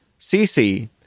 CC